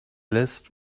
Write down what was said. list